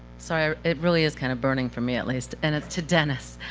so it really is kind of burning for me, at least, and it's to dennis.